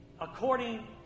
according